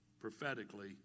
prophetically